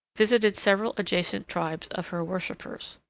visited several adjacent tribes of her worshippers.